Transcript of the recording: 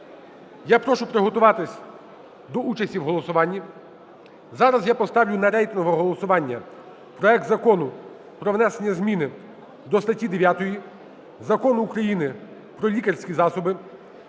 Я прошу приготуватись до участі в голосуванні. Зараз я поставлю на рейтингове голосування проект Закону про внесення зміни до статті 9 Закону України "Про лікарські засоби"